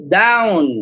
down